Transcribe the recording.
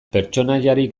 pertsonaiarik